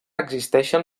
existeixen